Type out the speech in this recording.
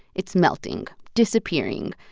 it's melting, disappearing.